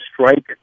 strike